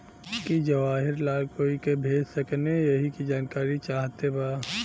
की जवाहिर लाल कोई के भेज सकने यही की जानकारी चाहते बा?